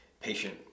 patient